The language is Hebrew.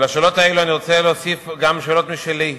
לשאלות האלו אני רוצה להוסיף גם שאלות משלי: